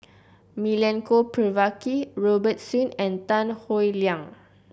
Milenko Prvacki Robert Soon and Tan Howe Liang